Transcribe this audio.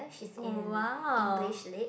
oh !wow!